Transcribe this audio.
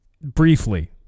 Briefly